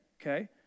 okay